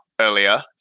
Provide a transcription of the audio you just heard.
earlier